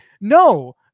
No